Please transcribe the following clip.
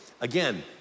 again